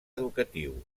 educatiu